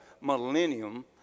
millennium